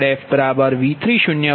0j0